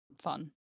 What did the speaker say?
fun